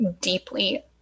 deeply